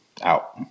out